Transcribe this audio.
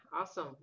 awesome